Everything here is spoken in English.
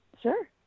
Sure